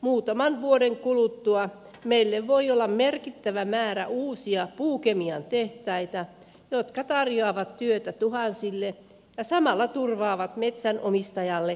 muutaman vuoden kuluttua meillä voi olla merkittävä määrä uusia puukemian tehtaita jotka tarjoavat työtä tuhansille ja samalla turvaavat metsänomistajalle kohtuullisemmat tuotot